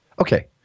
Okay